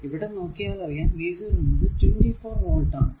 ഇവിടെ നോക്കിയാൽ അറിയാം v 0 എന്നത് 24 വോൾട് ആണ്